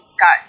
Got